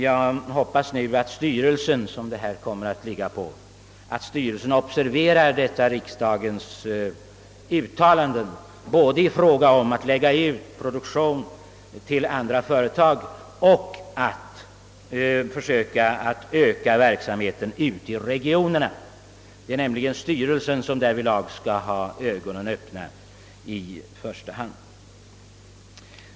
Jag hoppas nu att styrelsen, som kom mer att ha ansvaret på denna punkt, noterar dessa uttalanden från riskdagshåll både i fråga om att lägga ut produktionen till andra företag och att öka verksamheten ute i regionerna. Det är nämligen styrelsen som i första hand har ansvaret.